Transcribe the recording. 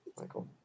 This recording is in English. Michael